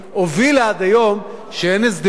הובילה עד היום לכך שאין הסדר.